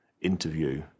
interview